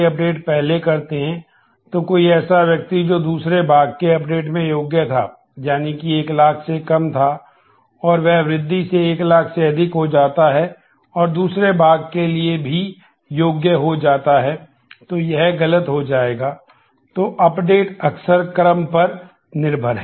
update अक्सर क्रम पर निर्भर है